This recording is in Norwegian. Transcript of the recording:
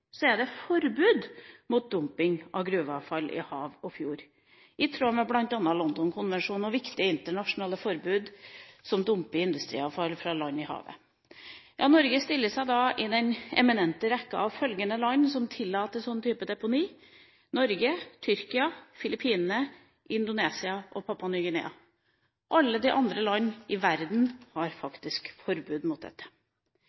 er det forbud mot dumping av gruveavfall i hav og fjorder – i tråd med bl.a. London-konvensjonens viktige internasjonale forbud mot å dumpe industriavfall fra land i havet. Norge stiller seg da i den eminente rekken av følgende land som tillater denne typen deponi: Norge, Tyrkia, Filippinene, Indonesia og Papua Ny-Guinea. Alle andre land i verden har faktisk forbud mot dette.